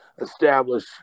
establish